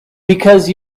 because